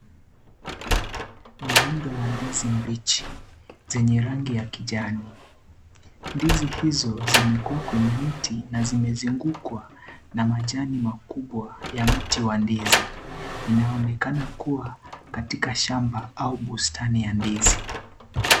Ni rundo la ndizi mbichi zenye rangi ya kijani ,ndizi hizo zimekuwa kwenye mti na zimezungukwa na majani makubwa ya mti wa ndizi inaonekana kuwa katika shamba au bustani ya ndizi.